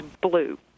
blue